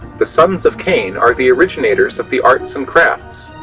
the sons of cain are the originators of the arts and crafts.